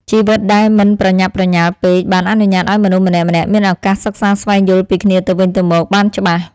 ជីវិតដែលមិនប្រញាប់ប្រញាល់ពេកបានអនុញ្ញាតឱ្យមនុស្សម្នាក់ៗមានឱកាសសិក្សាស្វែងយល់ពីគ្នាទៅវិញទៅមកបានច្បាស់។